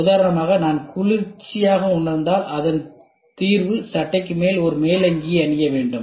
உதாரணமாக நான் குளிர்ச்சியாக உணர்ந்தால் அதன் தீர்வு சட்டைக்கு மேலே ஒரு மேலங்கியை அணிய வேண்டும்